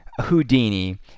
houdini